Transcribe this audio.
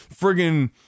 friggin